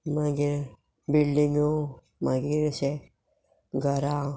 मागीर बिल्डींगो मागीर अशे घरां